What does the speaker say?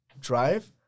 drive